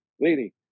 lady